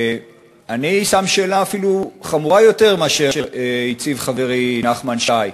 אני שם שאלה אפילו חמורה יותר מזו שהציב חברי נחמן שי: